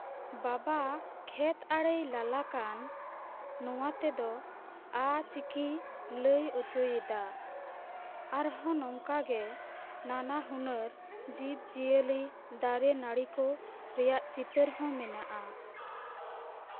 ᱵᱟᱵᱟ ᱠᱷᱮᱛ ᱟᱲᱮᱭ ᱞᱟᱞᱟ ᱠᱟᱱ ᱱᱚᱣᱟ ᱛᱮᱫᱚ ᱟ ᱪᱤᱠᱤ ᱞᱟᱹᱭ ᱚᱪᱚᱭᱮᱫᱟ ᱟᱨᱦᱚᱸ ᱱᱚᱝᱠᱟᱜᱮ ᱱᱟᱱᱟ ᱦᱩᱱᱟᱹᱨ ᱡᱤᱵᱽᱼᱡᱤᱭᱟᱹᱞᱤ ᱫᱟᱨᱮ ᱱᱟᱹᱲᱤ ᱠᱚ ᱨᱮᱭᱟᱜ ᱪᱤᱛᱟᱹᱨ ᱦᱚᱸ ᱢᱮᱱᱟᱜᱼᱟ